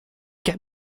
get